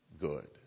good